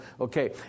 Okay